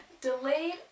delayed